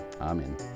amen